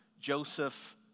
Joseph